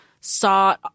saw